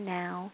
now